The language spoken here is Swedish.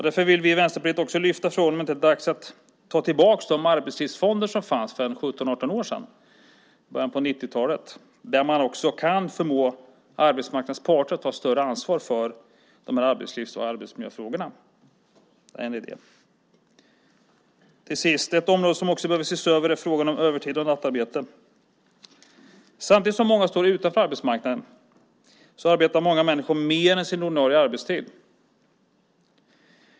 Därför vill vi i Vänsterpartiet lyfta fram frågan om det inte är dags att återinföra de arbetslivsfonder som fanns för 17-18 år sedan, i början av 90-talet, så att man kan förmå arbetsmarknadens parter att ta ett större ansvar för dessa arbetslivs och arbetsmiljöfrågor. Det är en idé. Till sist: Ett område som också behöver ses över handlar om övertid och nattarbete. Samtidigt som många står utanför arbetsmarknaden så arbetar många människor mer än sin ordinarie arbetstid.